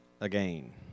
again